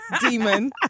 demon